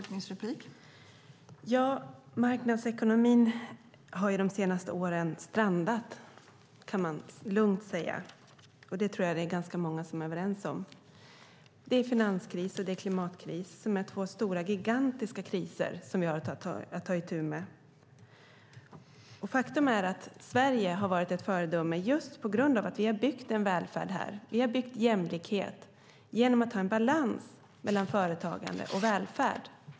Fru talman! Marknadsekonomin har strandat de senaste åren. Det kan man lugnt säga. Det tror jag att ganska många är överens om. Det är finanskris och klimatkris. Det är två gigantiska kriser som vi har att ta itu med. Faktum är att Sverige har varit ett föredöme just på grund av att vi här har byggt välfärd och jämlikhet genom att ha en balans mellan företagande och välfärd.